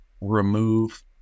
remove